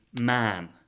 man